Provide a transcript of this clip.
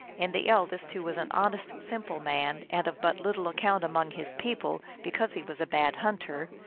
and the eldest, who was an honest, simple man, and of but little account among his people, because he was a bad hunter,